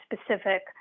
specific